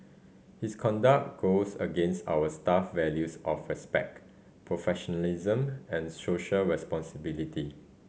his conduct goes against our staff values of respect professionalism and social responsibility